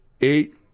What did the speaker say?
eight